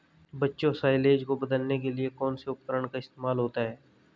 बच्चों साइलेज को बदलने के लिए कौन से उपकरण का इस्तेमाल होता है?